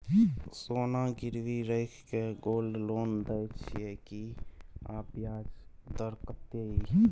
सोना गिरवी रैख के गोल्ड लोन दै छियै की, आ ब्याज दर कत्ते इ?